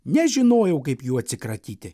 nežinojau kaip jų atsikratyti